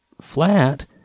flat